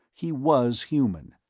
he was human,